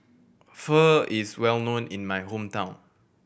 pho is well known in my hometown